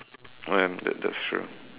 oh ya that that's true